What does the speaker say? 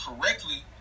correctly